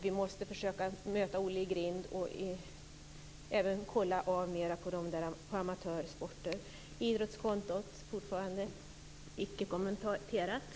Vi måste försöka mota olle i grind och kontrollera amatörsporter mera. Inte heller är frågan om idrottskonto kommenterad.